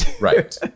Right